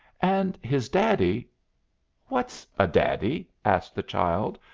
and his daddy what's a daddy? asked the child,